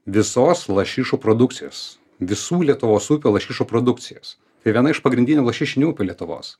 visos lašišų produkcijos visų lietuvos upių lašišų produkcijos tai viena iš pagrindinių lašišinių upių lietuvos